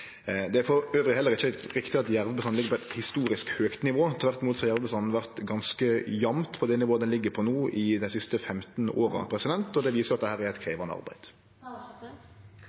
Det er elles heller ikkje riktig at jervebestanden ligg på eit historisk høgt nivå – tvert om har jervebestanden vore ganske jamnt på det nivået han ligg på no, i dei siste 15 åra. Det viser at dette er eit krevjande arbeid.